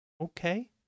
Okay